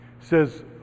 says